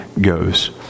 goes